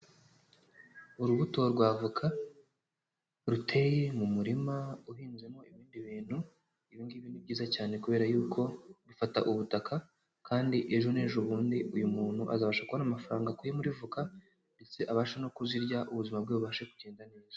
Urubuto rwa avoka ruteye mu murima uhinzemo ibindi bintu, ibi ngibi ni byiza cyane kubera yuko bifata ubutaka kandi ejo n'ejobundi uyu muntu azabasha kubona amafaranga akuye muri voka, ndetse abashe no kuzirya ubuzima bwe bubashe kugenda neza.